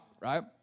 right